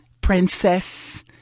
princess